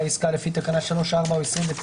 העסקה משום שהחברה מהווה "ספק יחיד" כמשמעותו בתקנה 3(29)